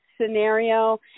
scenario